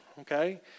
okay